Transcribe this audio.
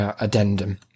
addendum